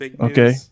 Okay